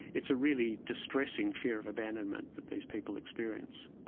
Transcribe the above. it's a really distressing fear of abandonment that these people experience.